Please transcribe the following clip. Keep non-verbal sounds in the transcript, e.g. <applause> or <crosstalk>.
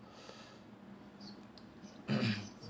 <coughs>